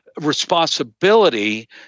responsibility